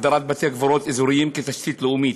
הגדרת בתי-קברות אזוריים כתשתית לאומית).